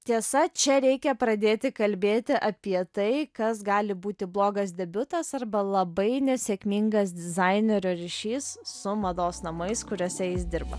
tiesa čia reikia pradėti kalbėti apie tai kas gali būti blogas debiutas arba labai nesėkmingas dizainerio ryšys su mados namais kuriuose jis dirba